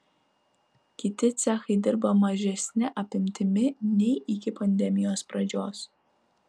kiti cechai dirba mažesne apimtimi nei iki pandemijos pradžios